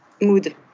mood